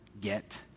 get